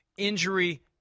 Injury